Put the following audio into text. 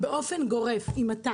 אלא באופן גורף אם אתה